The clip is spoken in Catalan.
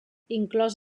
inclòs